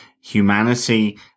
humanity